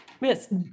miss